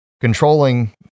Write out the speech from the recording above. controlling